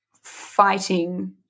fighting